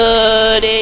Good